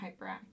hyperactive